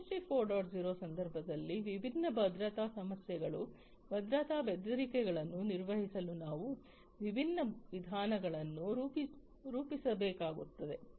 0 ರ ಸಂದರ್ಭದಲ್ಲಿ ವಿಭಿನ್ನ ಭದ್ರತಾ ಸಮಸ್ಯೆಗಳು ಭದ್ರತಾ ಬೆದರಿಕೆಗಳನ್ನು ನಿರ್ವಹಿಸಲು ನಾವು ವಿಭಿನ್ನ ವಿಧಾನಗಳನ್ನು ರೂಪಿಸಬೇಕಾಗುತ್ತದೆ